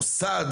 מוסד